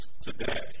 today